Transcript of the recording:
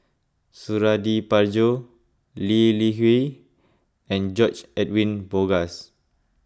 Suradi Parjo Lee Li Hui and George Edwin Bogaars